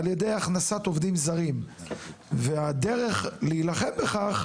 על ידי הכנסת עובדים זרים והדרך להילחם בכך,